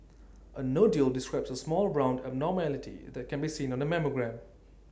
A nodule describes A small round abnormality that can be seen on A mammogram